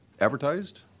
advertised